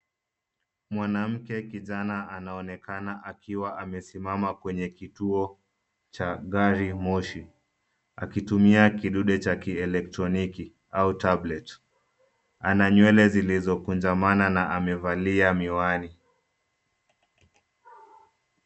Mwanamke kijana anaonekana akiwa amesimama kwenye kituo cha treni ya moshi, akitumia kifaa cha kielektroniki au tableti. Ana nywele zilizojaa na amevaa miwani.